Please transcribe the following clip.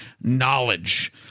knowledge